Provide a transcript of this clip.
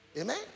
Amen